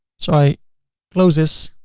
so i close this.